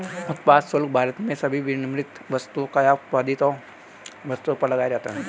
उत्पाद शुल्क भारत में सभी विनिर्मित वस्तुओं या उत्पादित वस्तुओं पर लगाया जाता है